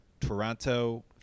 Toronto